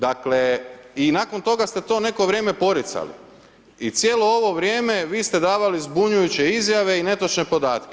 Dakle i nakon toga ste to neko vrijeme poricali i cijelo ovo vrijeme vi ste davali zbunjujuće izjave i netočne podatke.